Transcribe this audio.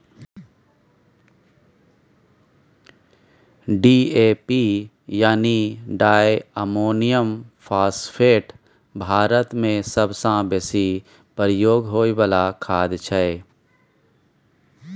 DAP यानी diammonium phosphate भारतमे सबसँ बेसी प्रयोग होइ बला खाद छै